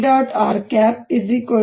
rPx